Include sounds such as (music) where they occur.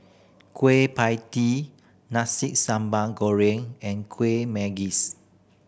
Kueh Pie Tee nasi samban goreng and kueh (unintelligible)